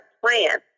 plan